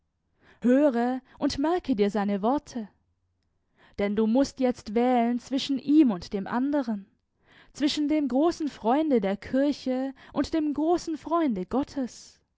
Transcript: höre und merke dir seine worte denn du mußt jetzt wählen zwischen ihm und dem anderen zwischen dem großen freunde der kirche und dem großen freunde gottes